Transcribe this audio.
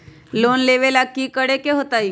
Loan लेवेला की करेके होतई?